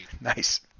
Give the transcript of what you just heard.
Nice